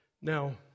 Now